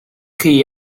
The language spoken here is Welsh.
chi